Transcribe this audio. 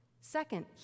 Second